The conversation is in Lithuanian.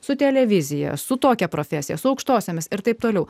su televizija su tokia profesija su aukštosiomis ir taip toliau